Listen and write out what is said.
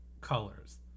colors